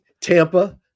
Tampa